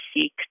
seek